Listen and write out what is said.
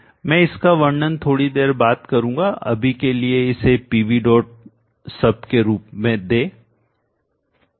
मैं इसका वर्णन थोड़ी देर बात करूंगा अभी के लिए इसे pvsub के रूप में दे